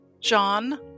John